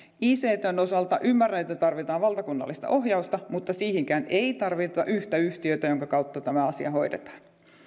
ictn osalta ymmärrän että tarvitaan valtakunnallista ohjausta mutta siihenkään ei tarvita yhtä yhtiötä jonka kautta tämä asia hoidetaan